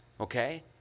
Okay